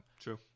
True